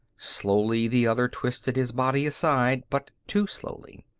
slowly the other twisted his body aside, but too slowly.